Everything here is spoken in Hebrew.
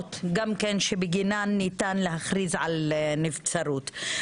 העילות שבגינן ניתן להכריז על נבצרות.